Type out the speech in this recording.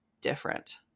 different